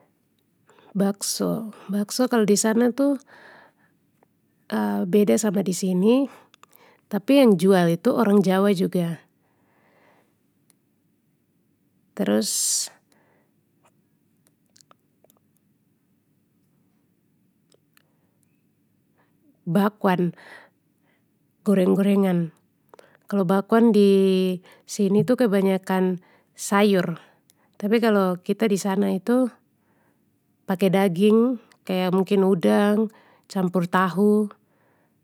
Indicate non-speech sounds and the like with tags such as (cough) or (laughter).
Bakso, bakso kalo disana tu (hesitation) beda sama disini tapi yang jual itu orang jawa juga. Terus. Bakwan, goreng gorengan, kalo bakwan disini tu kebanyakan sayur tapi kalo kita disana itu pake daging kaya mungkin udang campur tahu.